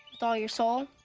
with all your soul,